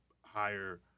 higher